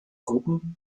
gruppen